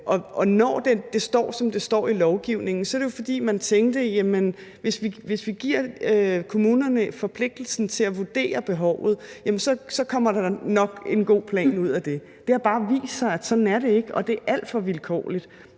Når det står, som det står i lovgivningen, er det, fordi man tænkte, at hvis vi giver kommunerne forpligtelsen til at vurdere behovet, kommer der nok en god plan ud af det, men det har bare vist sig, at sådan er det ikke, og at det er alt for vilkårligt,